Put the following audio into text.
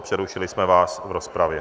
Přerušili jsme vás v rozpravě.